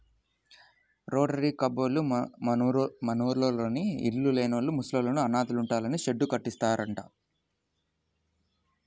rotary కబ్బోళ్ళు మనూర్లోని ఇళ్ళు లేనోళ్ళు, ముసలోళ్ళు, అనాథలుంటానికి షెడ్డు కట్టిత్తన్నారంట